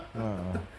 ah